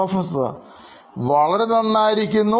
Professor വളരെ നന്നായിരിക്കുന്നു